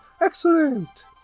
excellent